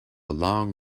long